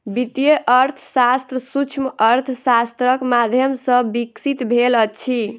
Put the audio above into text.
वित्तीय अर्थशास्त्र सूक्ष्म अर्थशास्त्रक माध्यम सॅ विकसित भेल अछि